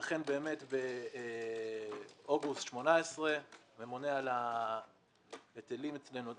ואכן באמת באוגוסט 2018 הממונה על ההיטלים אצלנו,